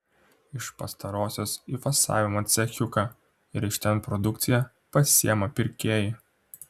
iš pastarosios į fasavimo cechiuką ir iš ten produkciją pasiima pirkėjai